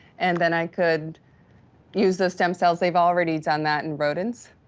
and then i could use those stem cells, they've already done that in rodents.